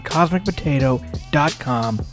CosmicPotato.com